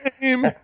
name